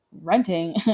Renting